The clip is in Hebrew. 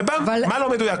מה לא מדויק?